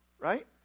right